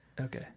Okay